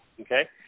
okay